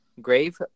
Grave